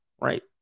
right